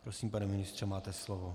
Prosím, pane ministře, máte slovo.